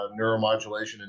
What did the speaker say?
neuromodulation